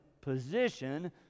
position